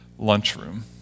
lunchroom